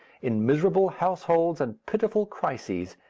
in miserable households and pitiful crises,